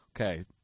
Okay